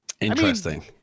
Interesting